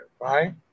right